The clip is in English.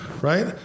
right